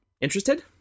Interested